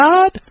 God